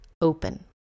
open